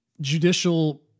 judicial